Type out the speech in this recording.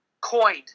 coined